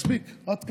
מספיק, עד כאן.